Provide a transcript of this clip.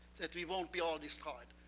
that we won't be all destroyed.